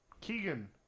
Keegan